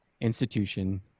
institution